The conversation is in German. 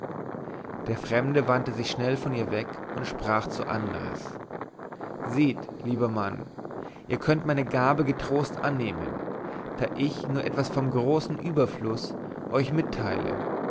der fremde wandte sich schnell von ihr weg und sprach zu andres seht lieber mann ihr könnet meine gabe getrost annehmen da ich nur etwas von großem überfluß euch mitteile